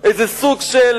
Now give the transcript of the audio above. איזה סוג של